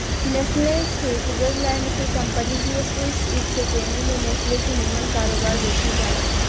Nestle Switzerland के company हिय Swiss exchange में नेस्ले के निमन कारोबार देखल जाला